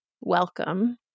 welcome